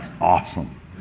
awesome